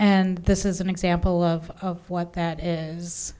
and this is an example of what that is